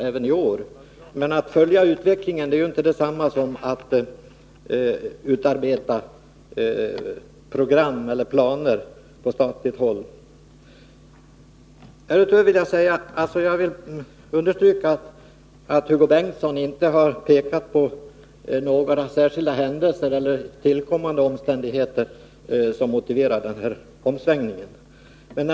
Men att följa utvecklingen är inte detsamma som att staten utarbetar program och planer. Jag vill härutöver understryka att Hugo Bengtsson inte har pekat på några särskilda händelser eller tillkommande omständigheter som motiverar denna omsvängning.